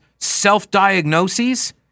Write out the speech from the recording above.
Self-diagnoses